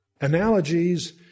analogies